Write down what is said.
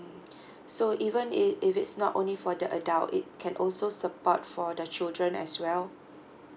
so even if if it's not only for the adult it can also support for the children as well